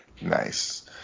nice